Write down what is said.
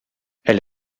elle